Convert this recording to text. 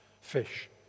fish